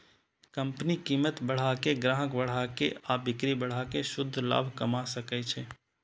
company कीमत बढ़ा के, ग्राहक बढ़ा के आ बिक्री बढ़ा कें शुद्ध लाभ कमा सकै छै